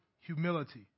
humility